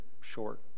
short